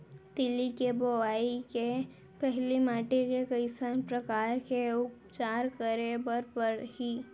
तिलि के बोआई के पहिली माटी के कइसन प्रकार के उपचार करे बर परही?